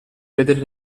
vedere